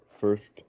first